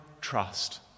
trust